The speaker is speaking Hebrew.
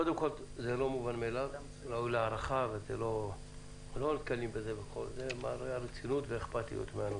זה ראוי להערכה, זה מראה על רצינות ואכפתיות.